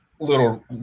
little